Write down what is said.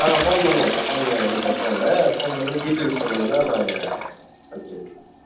ஆ phone பண்ணுங்கள் sir phone பண்ணுங்கள் ஒன்றும் பிரச்சனயில்லை ஃபோன் பண்ணி டீட்டெயில் சொன்னீங்கன்னா நாங்கள் அனுப்பிச்சுட்ருவோம்